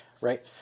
Right